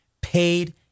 paid